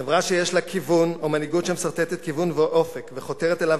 חברה שיש לה כיוון או מנהיגות שמסרטטת כיוון ואופק וחותרת אליו